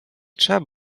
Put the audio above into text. trzeba